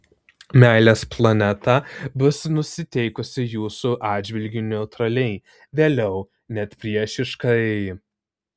meilės planeta bus nusiteikusi jūsų atžvilgiu neutraliai vėliau net priešiškai